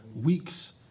weeks